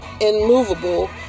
immovable